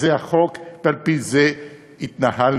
זה החוק ועל-פי זה התנהלנו.